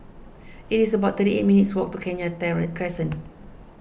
it is about thirty eight minutes' walk to Kenya Crescent